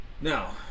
Now